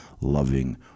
loving